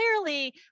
clearly